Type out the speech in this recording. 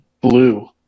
Blue